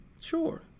Sure